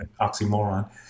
oxymoron